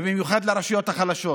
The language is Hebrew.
ובמיוחד לרשויות החלשות,